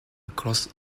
across